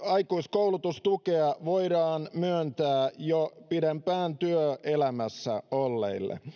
aikuiskoulutustukea voidaan myöntää jo pidempään työelämässä olleille